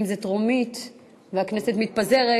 חבר הכנסת נסים זאב,